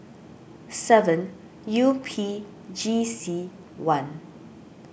seven U P G C one